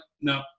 no